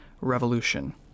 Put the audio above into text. revolution